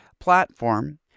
Platform